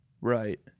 Right